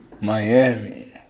Miami